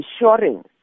ensuring